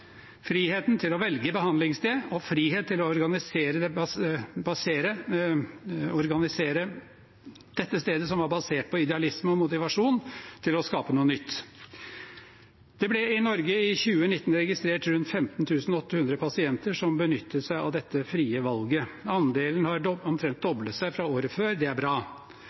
til å velge behandlingssted og frihet til å organisere stedet basert på idealisme og motivasjon til å skape noe nytt. Det ble i Norge i 2019 registrert rundt 15 800 pasienter som benyttet seg av dette frie valget. Andelen har omtrent doblet seg fra året før. Det er bra.